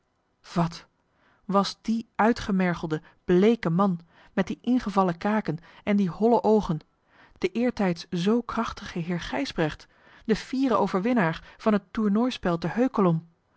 wat was die uitgemergelde bleeke man met die ingevallen kaken en die holle oogen de eertijds zoo krachtige heer gijsbrecht de fiere overwinnaar van het tournooispel te heukelom